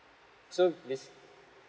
so basic